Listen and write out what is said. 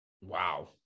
wow